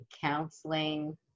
counseling